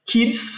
Kids